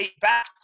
back